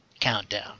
Countdown